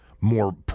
more